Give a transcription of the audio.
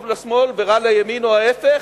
טוב לשמאל ורע לימין או ההיפך,